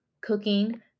cooking